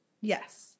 Yes